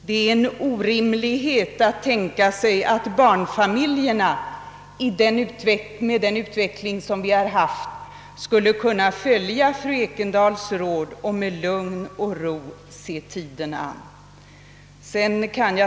Det är en orimlighet att tänka sig att barnfamiljerna med hänsyn till den utveckling som har pågått skulle kunna följa fru Ekendahls råd och med lugn och ro se tiden an.